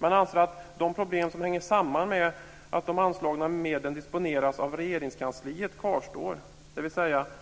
Man anser att de problem som hänger samman med att de anslagna medlen disponeras av Regeringskansliet kvarstår, dvs.